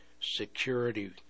security